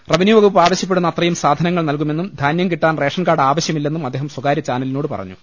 revenue വകുപ്പ് ആവ ശ്യപ്പെടുന്ന അത്രയും സാധനങ്ങൾ നൽകുമെന്നും ധാന്യം കിട്ടാൻ റേഷൻകാർഡ് ആവശ്യമില്ലെന്നും അദ്ദേഹം സ്വകാര്യ ചാനലിനോട് പറഞ്ഞു